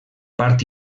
part